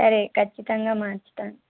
సరే ఖచ్చితంగా మార్చుతాను